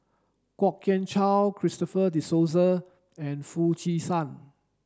Kwok Kian Chow Christopher De Souza and Foo Chee San